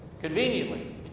conveniently